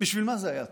בשביל מה זה היה טוב?